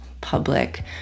public